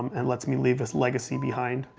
and lets me leave this legacy behind.